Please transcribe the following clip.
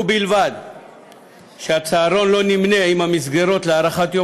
ובלבד שהצהרון לא נמנה עם המסגרות להארכת יום